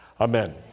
Amen